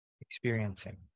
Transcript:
experiencing